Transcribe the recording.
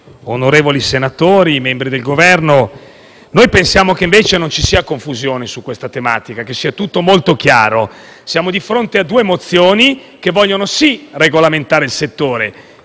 onorevoli senatori, membri del Governo, noi pensiamo invece che non ci sia confusione su questa tematica e che sia tutto molto chiaro. Siamo di fronte a due mozioni che vogliono, sì, regolamentare il settore,